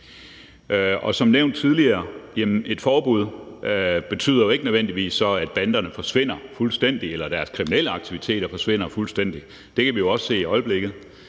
Som nævnt tidligere betyder et forbud jo ikke nødvendigvis, at banderne forsvinder fuldstændig, eller at deres kriminelle aktiviteter forsvinder fuldstændig – det kan vi jo også se i øjeblikket